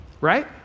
Right